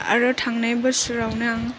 आरो थांनाय बोसोरावनो आं